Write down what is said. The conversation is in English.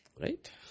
Right